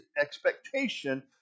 expectation